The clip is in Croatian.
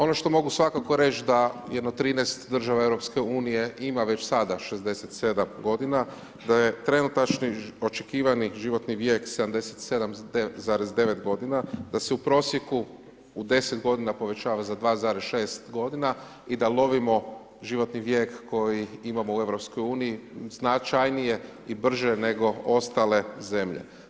Ono što mogu svakako reć da jedno 13 država EU ima već sada 67 godina, da je trenutačni očekivani životni vijek 77,9 godina, da se u prosjeku u 10 godina povećava za 2,6 godina i da lovimo životni vijek koji imamo u EU značajnije i brže nego ostale zemlje.